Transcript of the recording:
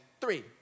three